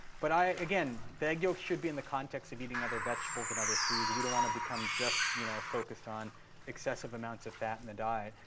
but again, the egg yolks should be in the context of eating other vegetables and other foods. we don't want to become just you know focused on excessive amounts of fat in the diet.